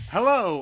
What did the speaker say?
Hello